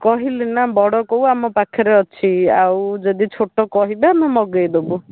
କହିଲି ନା ବଡ଼ କଉ ଆମ ପାଖେରେ ଅଛି ଆଉ ଯଦି ଛୋଟ କହିବେ ଆମେ ମଗେଇଦେବୁ